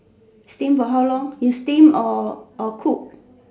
steam for how long you steam or or cook